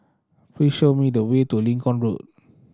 please show me the way to Lincoln Road